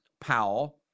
Powell